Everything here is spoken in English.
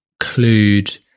include